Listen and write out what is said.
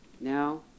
now